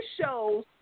shows